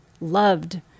loved